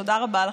תודה רבה לכם.